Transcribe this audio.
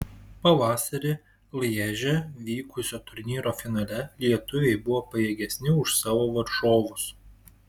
pavasarį lježe vykusio turnyro finale lietuviai buvo pajėgesni už savo varžovus